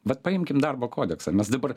vat paimkim darbo kodeksą mes dabar